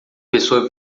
pessoa